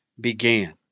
began